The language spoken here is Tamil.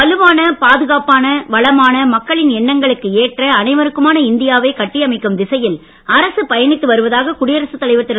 வலுவான பாதுகாப்பான வளமான மக்களின் எண்ணங்களுக்கு ஏற்ற அனைவருக்குமான இந்தியாவை கட்டியமைக்கும் திசையில் அரசு பயணித்து வருவதாக குடியரசுத் தலைவர் திரு